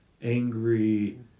angry